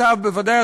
אתה בוודאי,